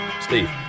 Steve